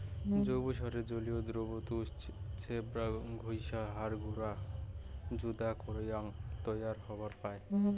জৈব সারের জলীয় দ্রবণ তুষ, ছোবড়া, ঘইষা, হড় গুঁড়া যুদা করিয়াও তৈয়ার হবার পায়